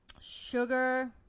Sugar